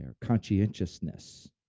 conscientiousness